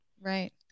Right